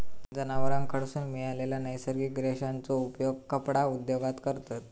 जनावरांकडसून मिळालेल्या नैसर्गिक रेशांचो उपयोग कपडा उद्योगात करतत